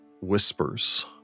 whispers